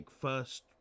first